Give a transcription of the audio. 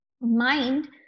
mind